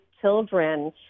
children